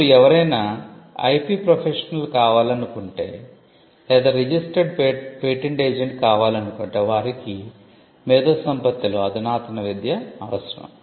ఇప్పుడు ఎవరైనా IP professional కావాలనుకుంటే లేదా రిజిస్టర్డ్ పేటెంట్ ఏజెంట్ కావాలనుకుంటే వారికి మేధోసంపత్తిలో అధునాతన విద్య అవసరం